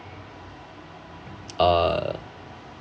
uh